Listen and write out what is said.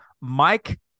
Mike